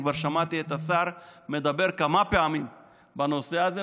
אני כבר שמעתי את השר מדבר כמה פעמים בנושא הזה,